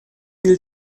will